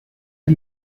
the